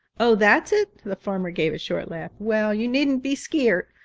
oh, that's it? the farmer gave a short laugh. well, you needn't be skeert!